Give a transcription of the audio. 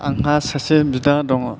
आंहा सासे बिदा दङ